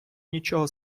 нічого